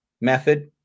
method